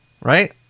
right